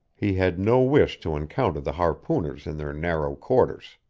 he had no wish to encounter the harpooners in their narrow quarters.